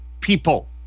people